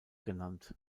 genannt